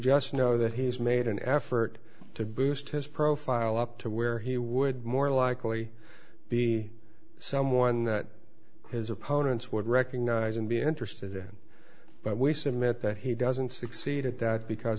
just know that he's made an effort to boost his profile up to where he would more likely be someone that his opponents would recognize and be interested in but we submit that he doesn't succeed at that because